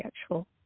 actual